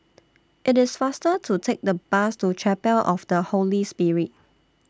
IT IS faster to Take The Bus to Chapel of The Holy Spirit